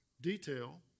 detail